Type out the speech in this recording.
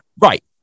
Right